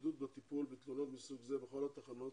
אחידות בטיפול בתלונות מסוג זה בכל תחנות